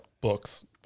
books